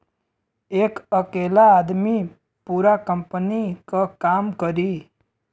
एक अकेला आदमी पूरा कंपनी क काम करी